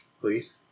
Please